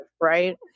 Right